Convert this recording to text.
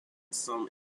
some